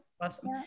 awesome